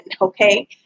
okay